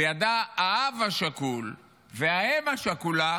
וידעו האב השכול והאם השכולה